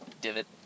Divot